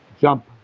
jump